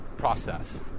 process